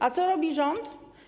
A co robi rząd?